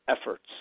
efforts